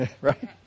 Right